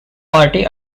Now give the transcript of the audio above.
party